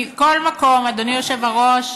מכל מקום, אדוני היושב-ראש,